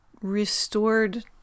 restored